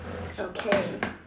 okay